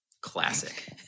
Classic